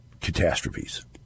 catastrophes